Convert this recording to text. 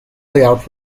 layout